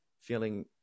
feeling